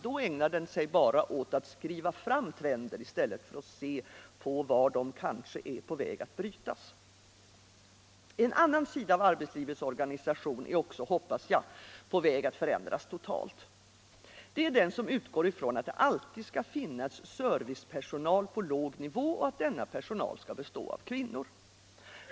Då ägnar den sig bara åt att skriva fram trender i stället för att se på var de kanske är på väg att brytas. En annan sida av arbetets organisation är också, hoppas jag, på väg att förändras totalt. Det är den som utgår från att det alltid skall finnas servicepersonal på låg nivå och att denna personal skall bestå av kvinnor.